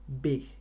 big